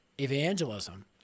evangelism